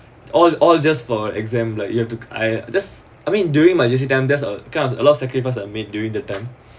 all all just for exam like you have to I just I mean during my J_C time there's a kind of a lot of sacrifice I made during that time